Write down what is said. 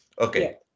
Okay